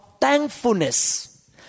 thankfulness